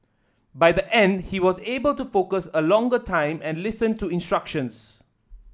by the end he was able to focus a longer time and listen to instructions